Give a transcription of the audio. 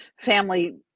family